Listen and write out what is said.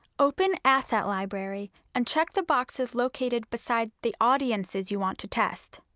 open asset library and check the boxes located beside the audiences you want to test.